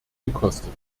gekostet